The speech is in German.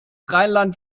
rheinland